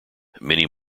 many